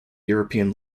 european